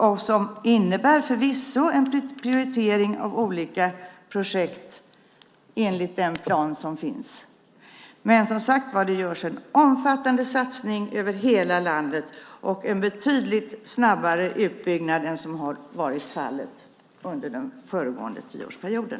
Det innebär förvisso en prioritering av olika projekt, enligt den plan som finns, men det görs, som sagt, en omfattande satsning över hela landet och en betydligt snabbare utbyggnad än vad som har varit fallet under den föregående tioårsperioden.